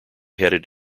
headed